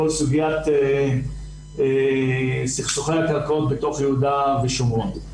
בכל סוגיית סכסוכי הקרקעות בתוך יהודה ושומרון.